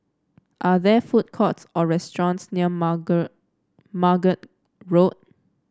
are there food courts or restaurants near Margate Margate Road